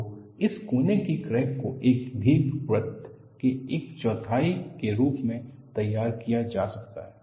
तो इस कोने की क्रैक को एक दीर्घवृत्त के एक चौथाई के रूप में तैयार किया जा सकता है